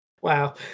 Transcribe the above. wow